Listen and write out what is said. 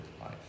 life